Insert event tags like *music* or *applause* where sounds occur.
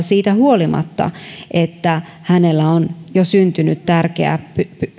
*unintelligible* siitä huolimatta että hänelle on jo syntynyt tärkeä